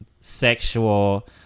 sexual